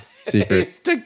secret